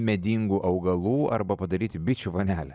medingų augalų arba padaryti bičių vonelę